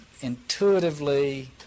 intuitively